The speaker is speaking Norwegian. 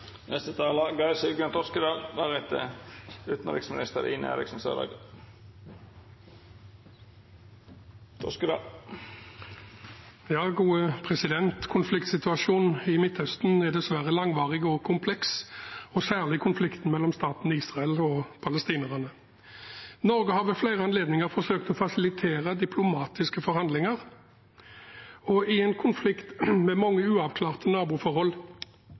Konfliktsituasjonen i Midtøsten er dessverre langvarig og kompleks, og særlig konflikten mellom staten Israel og palestinerne. Norge har ved flere anledninger forsøkt å fasilitere diplomatiske forhandlinger, og i en konflikt med mange uavklarte naboforhold